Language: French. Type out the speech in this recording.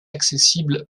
accessible